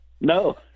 no